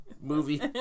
movie